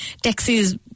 Taxis